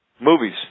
Movies